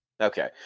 Okay